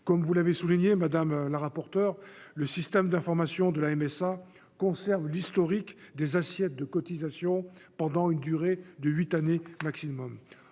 Comme vous l'avez souligné, madame la rapporteure, le système d'information de la MSA conserve l'historique des assiettes de cotisations pendant huit ans au maximum.